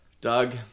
Doug